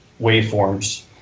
waveforms